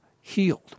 healed